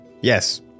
Yes